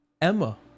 Emma